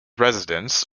residents